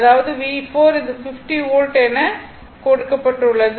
அதாவது V4 இது 50 volt எனக் கொடுக்கப்பட்டுள்ளது